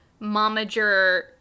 momager